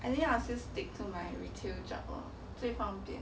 I think I will still stick to my retail job lor 最方便